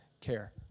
care